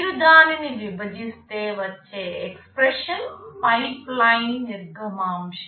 మీరు దానిని విభజిస్తే వచ్చే ఎక్స్ప్రెషన్ పైప్లైన్ నిర్గమాంశ